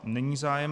Není zájem.